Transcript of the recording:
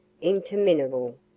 interminable